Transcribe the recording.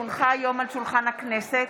כי הונחה היום על שולחן הכנסת,